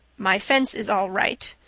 my fence is all right,